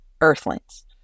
Earthlings